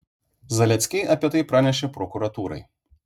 zaleckiai apie tai pranešė prokuratūrai